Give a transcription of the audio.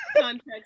context